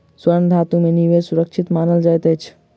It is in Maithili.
स्वर्ण धातु में निवेश सुरक्षित मानल जाइत अछि